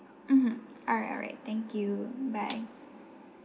mmhmm all right alright thank you bye